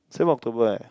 same October eh